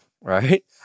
right